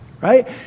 Right